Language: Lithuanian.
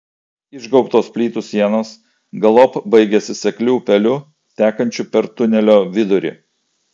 išgaubtos plytų sienos galop baigiasi sekliu upeliu tekančiu per tunelio vidurį